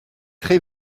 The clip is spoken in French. très